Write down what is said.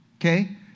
Okay